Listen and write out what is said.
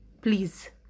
Please